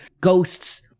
ghosts